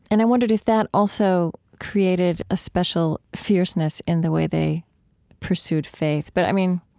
and i wonder if that also created a special fierceness in the way they pursued faith. but, i mean,